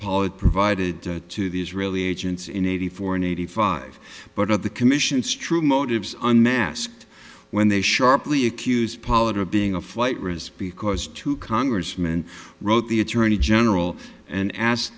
pollard provided to the israeli agents in eighty four and eighty five but at the commission's true motives unmasked when they sharply accuse pollard of being a flight risk because two congressman wrote the attorney general and ask